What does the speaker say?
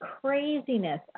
craziness